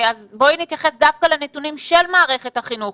בואי נתייחס דווקא לנתונים של מערכת החינוך.